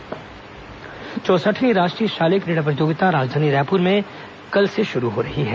राष्ट्रीय शालेय क्रीडा प्रतियोगिता चौंसठवीं राष्ट्रीय शालेय क्रीड़ा प्रतियोगिता राजधानी रायपुर में कल तेईस दिसंबर से शुरू हो रही है